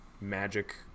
magic